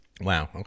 Wow